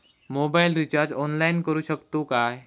Mobile recharge online करुक शकतू काय?